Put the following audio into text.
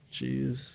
Jeez